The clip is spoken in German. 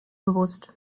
bewusst